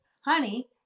honey